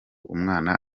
umwana